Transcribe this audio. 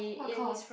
what course